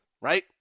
right